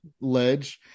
Ledge